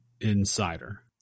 insider